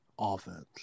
offense